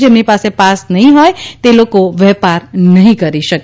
જેમની પાસે પાસ નહી હોય તે લોકો વેપાર નહી કરી શકે